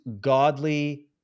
godly